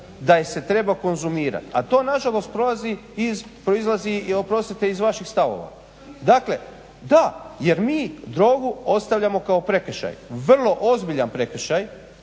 je se treba konzumirati, a to nažalost proizlazi iz vaših stavova. Dakle, da jer mi drogu ostavljamo kao prekršaj, vrlo ozbiljan prekršaj